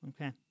okay